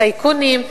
טייקונים,